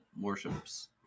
worships